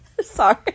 Sorry